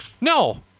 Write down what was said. No